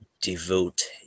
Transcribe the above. devote